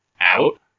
out